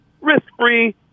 risk-free